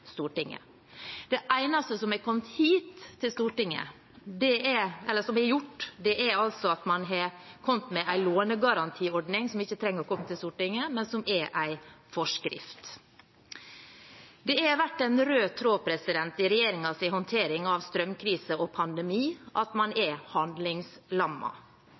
Stortinget. Det eneste som har kommet hit til Stortinget, eller som er gjort, er at man har kommet med en lånegarantiordning – som ikke trenger å komme til Stortinget, men som er en forskrift. Det har vært en rød tråd i regjeringens håndtering av strømkrise og pandemi at man er